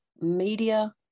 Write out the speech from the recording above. media